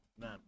man